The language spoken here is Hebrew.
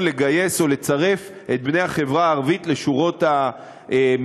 לגייס או לצרף את בני החברה הערבית לשורות המשטרה.